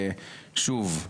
שוב,